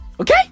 Okay